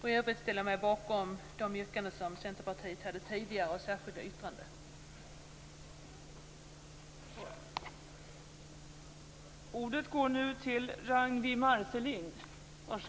I övrigt ställer jag mig bakom de yrkanden och det särskilda yttrande som Centerpartiet hade tidigare.